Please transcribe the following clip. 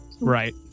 right